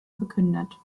verkündet